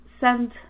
send